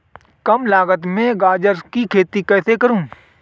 कम लागत में गाजर की खेती कैसे करूँ?